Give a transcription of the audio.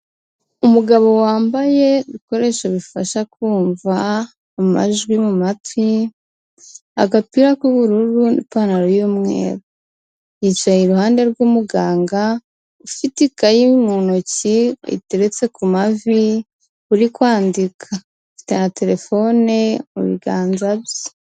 Umugabo wambaye ibikoresho bifasha kumva amajwi mu matwi, agapira k'ubururu n'ipantaro y'umweru. Yicaye iruhande rw'umuganga, ufite ikayi mu ntoki, wayiteretse ku mavi, uri kwandika. Afite na terefone mu biganza bye.